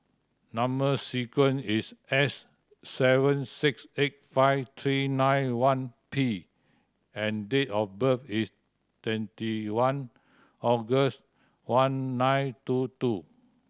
number sequence is S seven six eight five three nine one P and date of birth is twenty one August one nine two two